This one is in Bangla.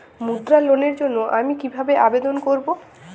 মুদ্রা লোনের জন্য আমি কিভাবে আবেদন করবো?